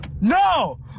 no